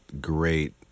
great